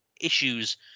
issues